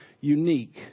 unique